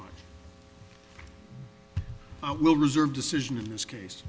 much i will reserve decision in this case